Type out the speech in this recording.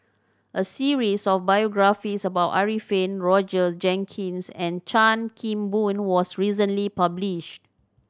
a series of biographies about Arifin Roger Jenkins and Chan Kim Boon was recently published